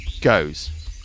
goes